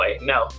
No